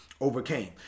overcame